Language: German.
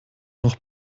noch